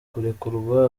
kurekurwa